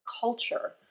culture